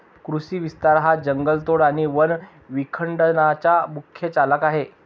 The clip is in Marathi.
कृषी विस्तार हा जंगलतोड आणि वन विखंडनाचा मुख्य चालक आहे